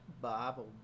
Bible